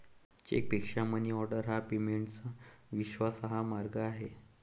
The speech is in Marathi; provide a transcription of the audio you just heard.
चेकपेक्षा मनीऑर्डर हा पेमेंटचा विश्वासार्ह मार्ग आहे